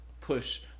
push